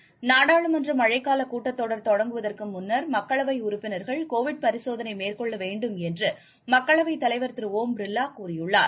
seconds நாடாளுமன்ற மழைக் கால கூட்டத் தொடர் தொடங்குவதற்கு முன்னர் மக்களவை உறப்பினர்கள் கோவிட் பரிசோதனை மேற்கொள்ள வேண்டும் என்றும் மக்களவைத் தலைவர் திரு ஒம் பிர்வா கூறியுள்ளார்